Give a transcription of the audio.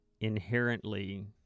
inherently